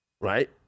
Right